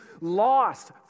lost